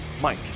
Mike